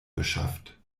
beschafft